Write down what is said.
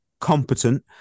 competent